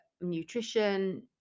nutrition